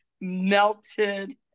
melted